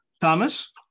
Thomas